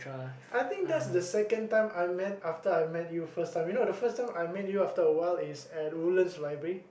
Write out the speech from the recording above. I think that's the second time I met after I met you first time you know the first time I met you after awhile is at Woodlands library